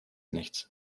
nichts